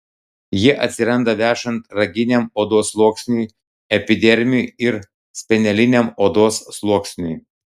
jie atsiranda vešant raginiam odos sluoksniui epidermiui ir speneliniam odos sluoksniui